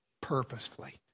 purposefully